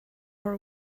our